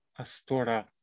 astora